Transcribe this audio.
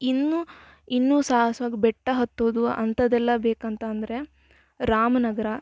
ಇನ್ನು ಇನ್ನೂ ಸಾಹಸ ಬೆಟ್ಟ ಹತ್ತೋದು ಅಂತದೆಲ್ಲ ಬೇಕಂತ ಅಂದರೆ ರಾಮನಗರ